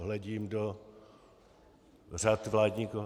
Hledím do řad vládní ko...